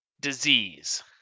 Disease